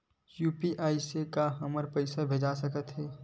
UPI से का हमर पईसा भेजा सकत हे?